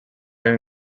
and